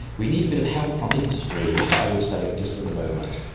we need a bit of help from industry yeah i would say, just at the moment.